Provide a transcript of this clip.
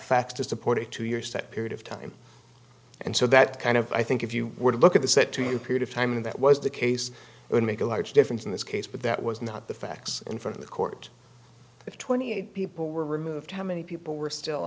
facts to support it two years that period of time and so that kind of i think if you were to look at the set two year period of time that was the case it would make a large difference in this case but that was not the facts in front of the court if twenty eight people were removed how many people were still